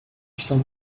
estão